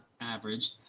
average